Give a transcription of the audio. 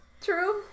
True